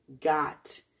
got